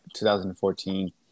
2014